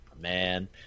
man